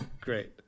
Great